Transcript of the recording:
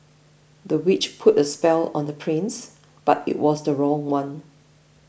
the witch put a spell on the prince but it was the wrong one